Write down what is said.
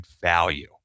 value